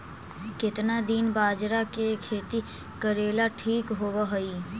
केतना दिन बाजरा के खेती करेला ठिक होवहइ?